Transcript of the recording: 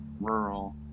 rural